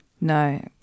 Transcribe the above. No